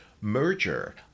merger